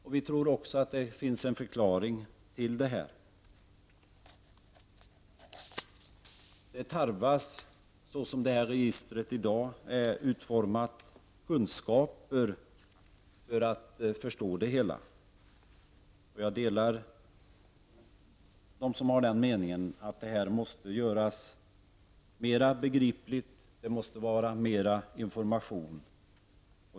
Vi tror att det finns en förklaring till det: Så som registret är utformat i dag tarvas kunskaper för att förstå det hela. Jag delar uppfattningen att det måste göras mera begripligt, det måste vara mer information.